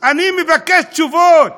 אני מבקש תשובות.